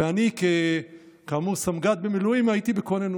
ואני, כאמור סמג"ד במילואים, הייתי בכוננות.